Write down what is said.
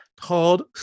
called